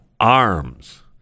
arms